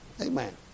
Amen